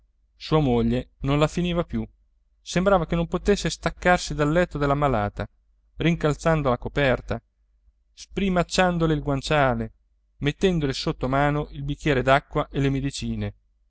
sua moglie non la finiva più sembrava che non potesse staccarsi dal letto dell'ammalata rincalzando la coperta sprimacciandole il guanciale mettendole sotto mano il bicchier d'acqua e le medicine